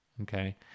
Okay